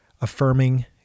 affirming